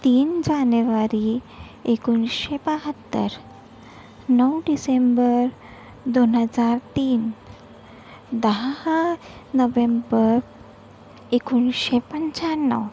तीन जानेवारी एकोणीसशे बहात्तर नऊ डिसेंबर दोन हजार तीन दहा नोव्हेंबर एकोणीसशे पंच्याण्णव